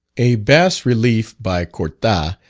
a bas-relief, by cortat,